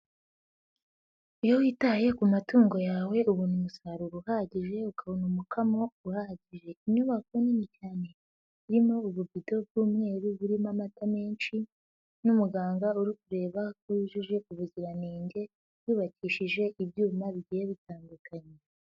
Iyo witaye ku matungo yawe ubona umusaruro uhagije, ukabona umukamo uhagije, inyubako nini cyane irimo ububido bw'umweru burimo amata menshi n'umuganga uri kureba ko yujuje ubuziranenge yubakishije ibyuma bigiye bitandukanye.